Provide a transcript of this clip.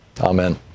amen